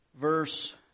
verse